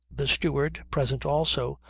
the steward, present also,